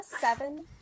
seven